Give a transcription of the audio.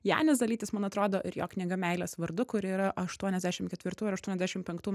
janis zalytis man atrodo ir jo knyga meilės vardu kuri yra aštuoniasdešim ketvirtųjų ir aštuoniasdešim penktų